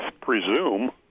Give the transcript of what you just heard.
presume